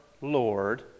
Lord